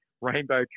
rainbow